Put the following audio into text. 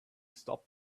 stop